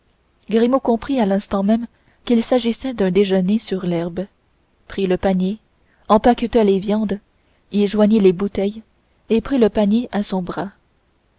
comprit à l'instant même qu'il s'agissait d'un déjeuner sur l'herbe prit le panier empaqueta les viandes y joignit les bouteilles et prit le panier à son bras